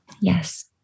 Yes